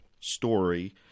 story